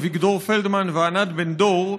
אביגדור פלדמן וענת בן-דור,